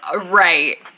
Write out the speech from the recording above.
Right